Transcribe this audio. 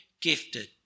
gifted